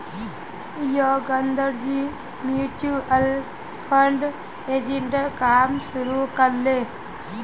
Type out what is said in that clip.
योगेंद्रजी mutual fund एजेंटेर काम शुरू कर ले